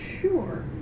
Sure